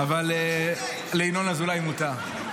לינון אזולאי מותר.